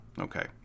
Okay